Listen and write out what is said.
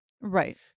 right